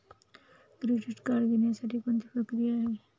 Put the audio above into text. Credit card घेण्यासाठी कोणती प्रक्रिया आहे?